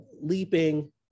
leaping